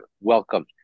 welcome